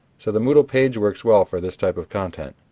so the moodle page works well for this type of content.